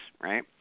Right